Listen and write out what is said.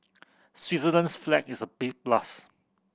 Switzerland's flag is a big plus